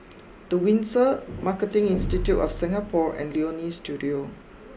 the Windsor Marketing Institute of Singapore and Leonie Studio